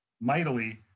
mightily